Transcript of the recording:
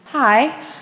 Hi